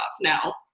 now